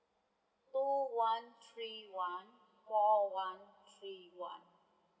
two one three one four one three one